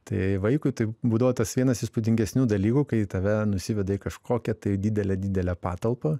tai vaikui tai būdavo tas vienas įspūdingesnių dalykų kai tave nusiveda į kažkokią tai didelę didelę patalpą